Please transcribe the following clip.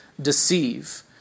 deceive